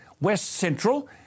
west-central